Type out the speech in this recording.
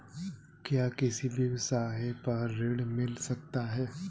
क्या किसी व्यवसाय पर ऋण मिल सकता है?